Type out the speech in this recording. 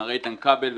מר איתן כבל,